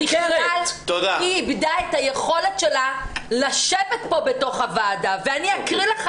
היא איבדה את היכולת שלה לשבת כאן בתוך הוועדה ואני אקריא לך